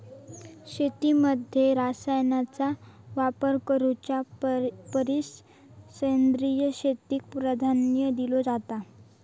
शेतीमध्ये रसायनांचा वापर करुच्या परिस सेंद्रिय शेतीक प्राधान्य दिलो जाता